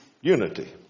unity